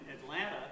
Atlanta